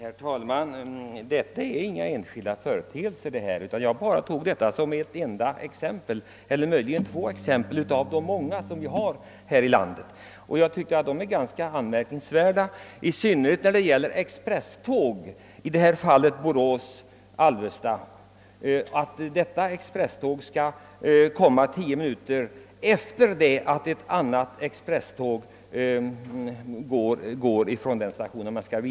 Herr talman! Detta är inga enskilda företeelser. Jag anförde ett enda exempel av de många som kan anföras. Det är ganska anmärkningsvärt att expresståg skall komma tio minuter efter det ett annat expresståg gått från bytesstationen.